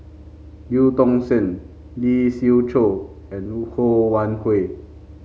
Eu Tong Sen Lee Siew Choh and Ho Wan Hui